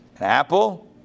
apple